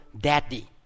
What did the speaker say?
daddy